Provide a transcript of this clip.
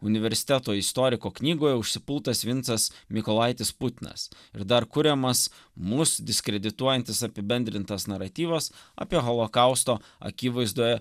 universiteto istoriko knygoje užsipultas vincas mykolaitis putinas ir dar kuriamas mus diskredituojantis apibendrintas naratyvas apie holokausto akivaizdoje